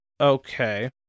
okay